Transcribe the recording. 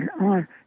on